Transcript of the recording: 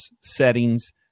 settings